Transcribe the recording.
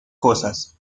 cosas